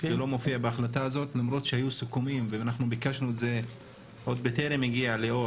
זה לא מופיע שם למרות שביקשנו את זה עוד בטרם הגיע ליאור,